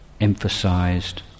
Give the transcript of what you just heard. emphasized